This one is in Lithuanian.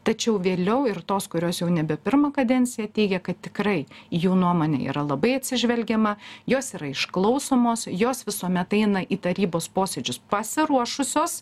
tačiau vėliau ir tos kurios jau nebe pirmą kadenciją teigia kad tikrai į jų nuomonę yra labai atsižvelgiama jos yra išklausomos jos visuomet eina į tarybos posėdžius pasiruošusios